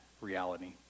reality